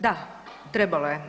Da, trebalo je.